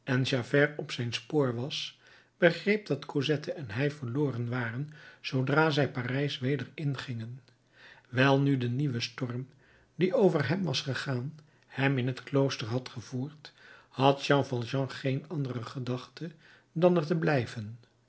op zijn spoor was begreep dat cosette en hij verloren waren zoodra zij parijs weder ingingen wijl nu de nieuwe storm die over hem was gegaan hem in het klooster had gevoerd had jean valjean geen andere gedachte dan er te blijven